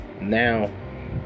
now